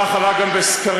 כך עלה גם בסקרים,